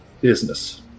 business